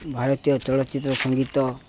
ଭାରତୀୟ ଚଳଚ୍ଚିତ୍ର ସଂଙ୍ଗୀତ